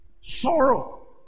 Sorrow